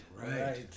right